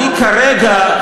אני כרגע,